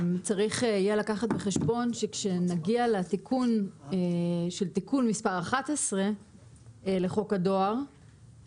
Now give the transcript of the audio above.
יהיה צריך לקחת בחשבון שכאשר נגיע לתיקון של תיקון מספר 11 לחוק הדואר,